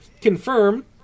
confirm